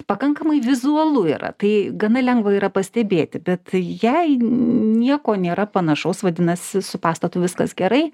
pakankamai vizualu yra tai gana lengva yra pastebėti bet jei nieko nėra panašaus vadinasi su pastatu viskas gerai